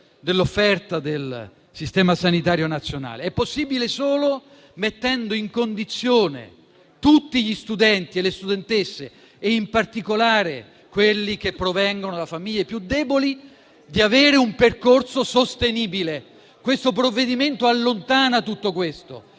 dell'offerta del Sistema sanitario nazionale; è possibile solo mettendo in condizione tutti gli studenti e le studentesse, e in particolare quelli che provengono da famiglie più deboli, di avere un percorso sostenibile. Questo provvedimento allontana tutto questo,